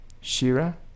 Shira